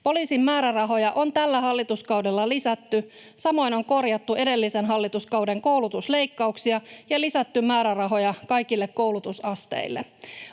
Poliisin määrärahoja on tällä hallituskaudella lisätty, samoin on korjattu edellisen hallituskauden koulutusleikkauksia ja lisätty määrärahoja kaikille koulutusasteille.